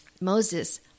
Moses